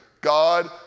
God